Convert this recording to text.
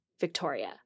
Victoria